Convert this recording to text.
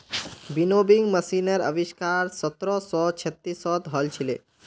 winnowing मशीनेर आविष्कार सत्रह सौ सैंतीसत हल छिले